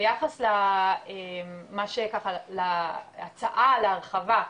ביחס למה הצעה להרחבה,